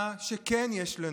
מה שכן יש לנו,